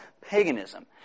paganism